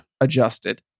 Adjusted